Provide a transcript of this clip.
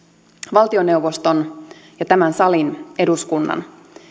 valtioneuvoston ja tämän salin eduskunnan